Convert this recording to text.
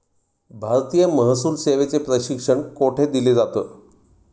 भारतीय महसूल सेवेचे प्रशिक्षण कोठे दिलं जातं?